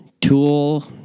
tool